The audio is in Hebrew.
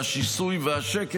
והשיסוי והשקר,